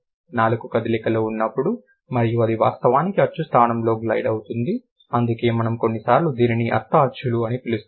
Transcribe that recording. నాలుక కదలికలో ఉన్నప్పుడు మరియు ఇది వాస్తవానికి అచ్చు స్థానంలో గ్లైడ్ అవుతుంది అందుకే మనం కొన్నిసార్లు దీనిని అర్ధ అచ్చులు అని పిలుస్తాము